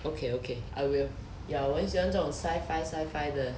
okay okay I will ya 我很喜欢这种 sci fi sci fi 的